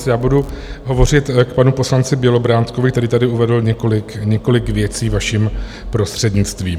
Já budu hovořit k panu poslanci Bělobrádkovi, který tady uvedl několik věcí, vaším prostřednictvím.